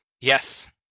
Yes